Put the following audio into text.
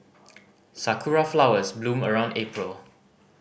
sakura flowers bloom around April